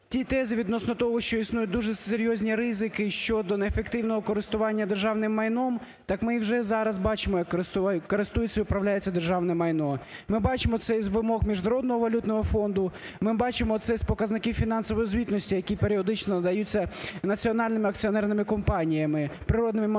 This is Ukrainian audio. ті тези відносно того, що існують дуже серйозні ризики щодо неефективного користування державним майном, так ми і зараз бачимо, як користується і управляється державне майно. Ми бачимо це і з вимог Міжнародного валютного фонду, ми бачимо це і з показників фінансової звітності, які періодично надаються національними акціонерними компаніями, природними монополістами.